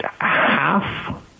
half-